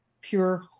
pure